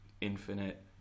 infinite